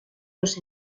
los